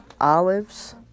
Olives